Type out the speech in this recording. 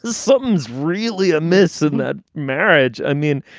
sometimes really a miss in a marriage. i mean,